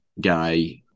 guy